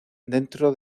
dentro